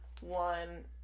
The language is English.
one